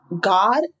God